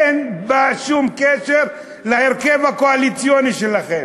אין בה שום קשר להרכב הקואליציוני שלכם.